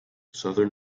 southern